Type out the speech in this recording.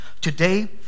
today